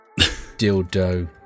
dildo